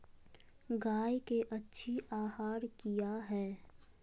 गाय के अच्छी आहार किया है?